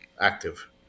active